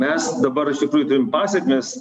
mes dabar iš tikrųjų turim pasekmes